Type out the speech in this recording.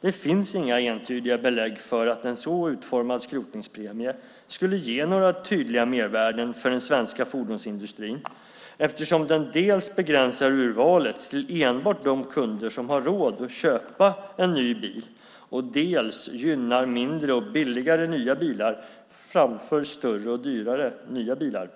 Det finns inga entydiga belägg för att en så utformad skrotningspremie skulle ge några tydliga mervärden för den svenska fordonsindustrin eftersom den dels begränsar urvalet till enbart de kunder som har råd att köpa en ny bil, dels gynnar mindre och billigare nya bilar framför större och dyrare nya bilar,